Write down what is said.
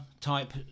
type